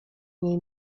niej